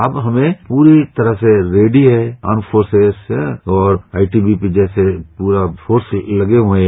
अब हमें पूरी तरह से रेडी हैं आर्म्डफोर्सेज और आईटीबीटी जैसे पूरा फोर्स लगे हुए हैं